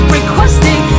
requesting